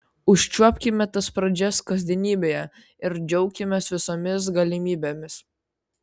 užčiuopkime tas pradžias kasdienybėje ir džiaukimės visomis galimybėmis